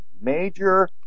major